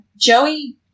Joey